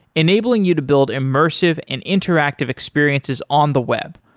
enabling you to build immersive and interactive experiences on the web,